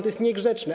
To jest niegrzeczne.